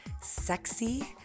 sexy